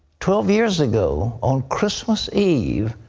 twelve years ago, on christmas eve,